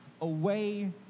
away